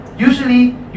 Usually